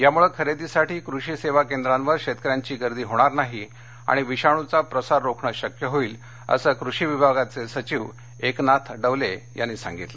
यामुळं खरेदीसाठी कृषि सेवा केंद्रांवर शेतकऱ्यांची गर्दी होणार नाही आणि विषाणूचा प्रसार रोखणं शक्य होईल असं कृषि विभागाचे सचिव एकनाथ डवले यांनी सांगितलं